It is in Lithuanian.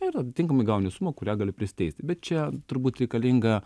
ir atitinkamai gauni sumą kurią gali prisiteisti bet čia turbūt reikalinga